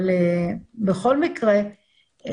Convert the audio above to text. בכל מקרה,